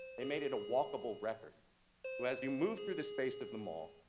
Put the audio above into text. they made it a walkable record where as you move through the space of the mall,